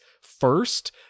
first